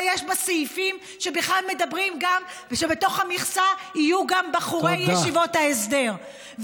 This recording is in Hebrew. יש בה סעיפים שבכלל אומרים שבתוך המכסה יהיו גם בחורי ישיבות ההסדר,